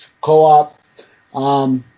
Co-op